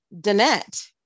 Danette